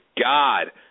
God